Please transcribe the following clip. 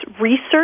research